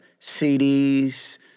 CDs